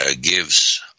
gives